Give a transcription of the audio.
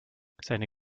seine